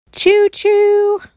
Choo-choo